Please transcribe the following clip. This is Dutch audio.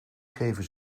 geven